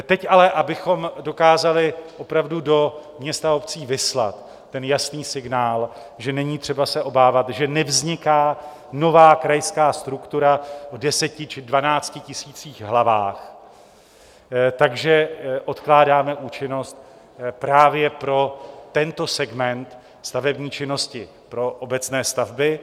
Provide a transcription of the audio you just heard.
Teď ale abychom dokázali opravdu do měst a obcí vyslat jasný signál, že není třeba se obávat, že nevzniká nová krajská struktura v deseti či dvanácti tisících hlavách, tak že odkládáme účinnost právě pro tento segment stavební činnosti, pro obecné stavby.